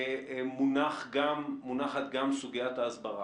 מונחת גם סוגיית ההסברה.